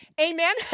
Amen